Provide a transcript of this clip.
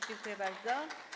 Dziękuję bardzo.